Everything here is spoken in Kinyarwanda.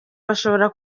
bashobora